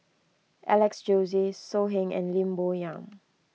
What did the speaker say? Alex Josey So Heng and Lim Bo Yam